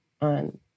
on